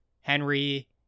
Henry